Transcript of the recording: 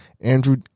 Andrew